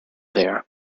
there